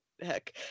Heck